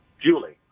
Julie